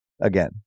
again